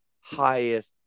highest